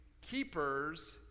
keepers